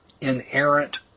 inherent